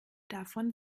davon